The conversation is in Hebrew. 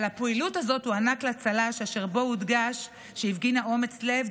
על הפעילות הזאת הוענק צל"ש ובו הודגש שהפגינה אומץ לב,